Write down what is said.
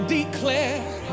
declare